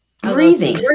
Breathing